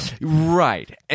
Right